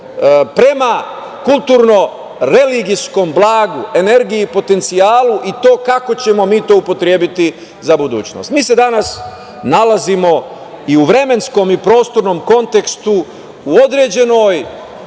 prema kulturno religijskom blagu, energiji i potencijalu, i to kako ćemo mi to upotrebiti za budućnost. Mi se danas nalazimo, i u vremenskom i prostornom kontekstu, u određenoj